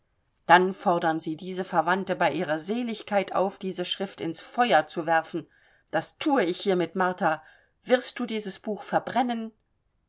dann fordern sie diese verwandte bei ihrer seligkeit auf diese schrift ins feuer zu werfen das thue ich hiermit martha wirst du dies buch verbrennen